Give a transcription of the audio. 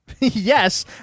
Yes